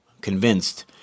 convinced